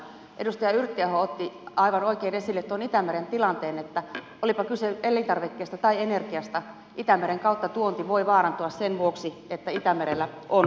edustaja yrttiaho otti aivan oikein esille tuon itämeren tilanteen että olipa kyse elintarvikkeista tai energiasta itämeren kautta tuonti voi vaarantua sen vuoksi että itämerellä on rauhatonta